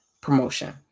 promotion